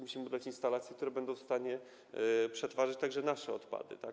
Musimy wybudować instalacje, które będą w stanie przetwarzać także nasze odpady, tak?